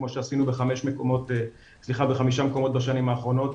כמו שעשינו בחמישה מקומות בשנים האחרונות,